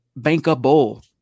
bankable